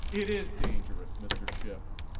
it is dangerous, mr. schiff.